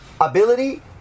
ability